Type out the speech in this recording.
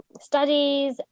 studies